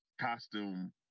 costume